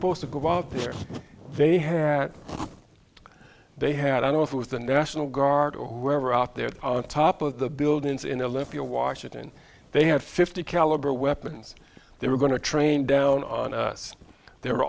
supposed to go out there they had they had i know it was the national guard or whoever out there on top of the buildings in the olympia washington they had fifty caliber weapons they were going to train down on us they